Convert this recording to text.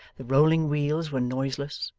the rolling wheels were noiseless,